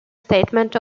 statement